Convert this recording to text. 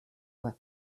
web